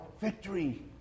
victory